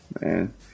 man